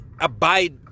abide